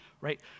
right